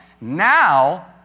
Now